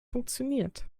funktioniert